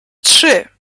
trzy